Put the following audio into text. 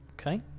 Okay